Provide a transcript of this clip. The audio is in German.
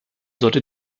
sollte